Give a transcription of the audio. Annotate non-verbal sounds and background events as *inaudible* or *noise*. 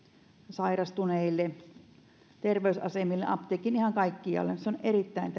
sairastuneille terveysasemille apteekkeihin ihan kaikkialle se on erittäin *unintelligible*